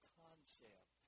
concept